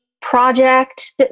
project